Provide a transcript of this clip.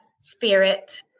spirit